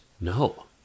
No